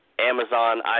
Amazon